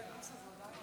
בבקשה.